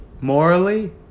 Morally